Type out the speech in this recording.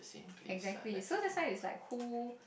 exactly so that's why it's like who